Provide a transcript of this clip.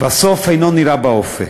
והסוף אינו נראה באופק.